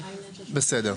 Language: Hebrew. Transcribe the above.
בסדר.